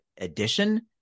addition